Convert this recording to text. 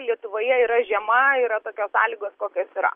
lietuvoje yra žiema yra tokios sąlygos kokios yra